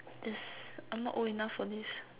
this I'm not old enough for this